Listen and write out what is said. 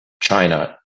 China